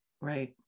Right